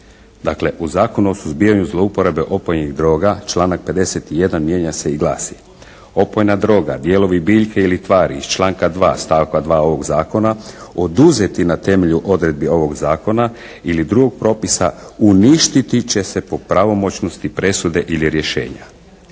Dakle, u Zakonu o suzbijanju zlouporabe opojnih droga članak 51. mijenja se i glasi: "Opojna droga, dijelovi biljke ili tvari iz članka 2. stavka 2. ovog zakona oduzeti na temelju odredbi ovog zakona ili drugog propisa uništiti će se po pravomoćnosti presude ili rješenja.